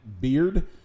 beard